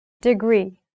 Degree